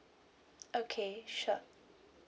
okay sure